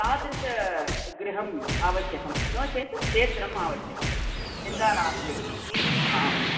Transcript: तादृशगृहम् आवश्यकं नो चेत् क्षेत्रम् आवश्यकं चिन्ता नास्ति आम्